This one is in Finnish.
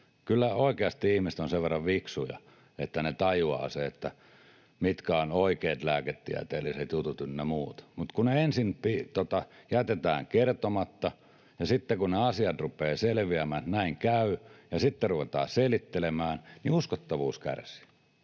Kyllä oikeasti ihmiset ovat sen verran fiksuja, että he tajuavat sen, mitkä ovat oikeat lääketieteelliset jutut ynnä muut. Mutta kun ne ensin jätetään kertomatta ja sitten, kun asiat rupeavat selviämään, että näin käy, ruvetaan selittelemään, niin uskottavuus kärsii.